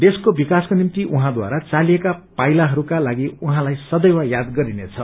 देशको विकासको निम्ति उहाँद्वारा चालिएका पाइलाहरूका लागि उहाँलाई सदैव याद गरिनेछ